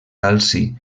calci